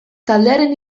taldearen